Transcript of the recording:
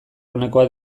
onekoak